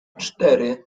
cztery